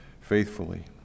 faithfully